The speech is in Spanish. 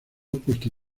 puesto